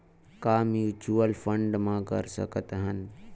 का mutual fund म कर सकत हन?